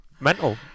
Mental